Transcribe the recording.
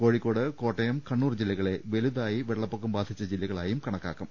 കോഴിക്കോട് കോട്ടയം കണ്ണൂർ ജില്ലകളെ വലുതായി വെള്ളപ്പൊക്കം ബാധിച്ച ജില്ലകളായും കണ ക്കാക്കും